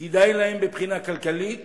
כדאי להם מבחינה כלכלית